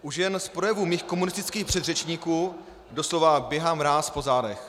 Už jen z projevů mých komunistických předřečníků doslova běhá mráz po zádech.